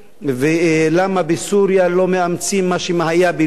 ולמה בסוריה לא מאמצים מה שהיה בלוב,